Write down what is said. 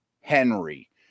Henry